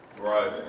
Right